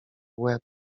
łeb